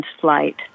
flight